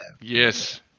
Yes